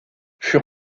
fut